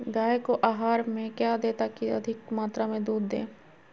गाय को आहार में क्या दे ताकि अधिक मात्रा मे दूध दे?